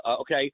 okay